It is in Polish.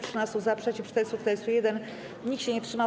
13 - za, przeciw - 441, nikt się nie wstrzymał.